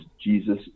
Jesus